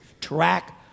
track